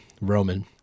roman